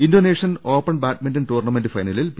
Indonesian open badminton tournament ഫൈനലിൽ P